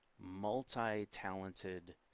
multi-talented